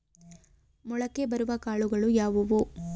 ಮೊಳಕೆ ಬರುವ ಕಾಳುಗಳು ಯಾವುವು?